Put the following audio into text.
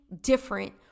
different